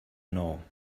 know